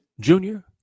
Junior